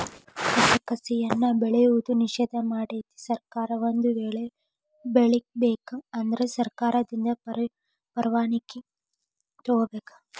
ಕಸಕಸಿಯನ್ನಾ ಬೆಳೆಯುವುದು ನಿಷೇಧ ಮಾಡೆತಿ ಸರ್ಕಾರ ಒಂದ ವೇಳೆ ಬೆಳಿಬೇಕ ಅಂದ್ರ ಸರ್ಕಾರದಿಂದ ಪರ್ವಾಣಿಕಿ ತೊಗೊಬೇಕ